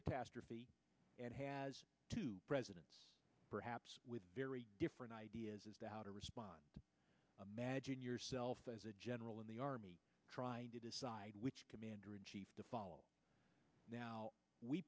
catastrophe and has two presidents perhaps with very different ideas as to how to respond imagine yourself as a general in the army trying to decide which commander in chief to follow now we